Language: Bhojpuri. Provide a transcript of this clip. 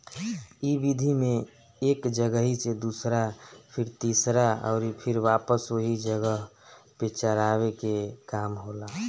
इ विधि में एक जगही से दूसरा फिर तीसरा अउरी फिर वापस ओही जगह पे चरावे के काम होला